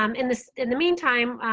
um in the in the meantime,